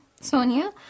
Sonia